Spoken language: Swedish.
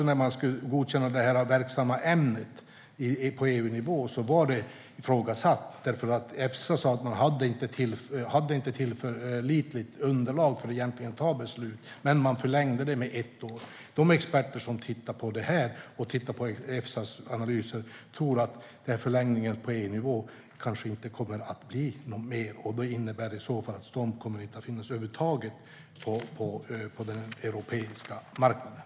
När man skulle godkänna det verksamma ämnet på EU-nivå var det ifrågasatt. Efsa sa att man inte egentligen hade tillförlitligt underlag för att ta ett beslut, men man förlängde det med ett år. De experter som tittar på det här och på Efsas analyser tror att denna förlängning på EU-nivå kanske inte kommer att ske någon mer gång, och det innebär i så fall att Stomp över huvud taget inte kommer att finnas på den europeiska marknaden.